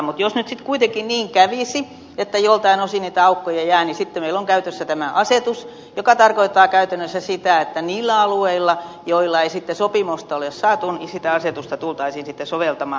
mutta jos nyt sitten kuitenkin niin kävisi että joltain osin niitä aukkoja jää niin sitten meillä on käytössä tämä asetus joka tarkoittaa käytännössä sitä että niillä alueilla joilla ei sitten sopimusta ole saatu sitä asetusta tultaisiin sitten soveltamaan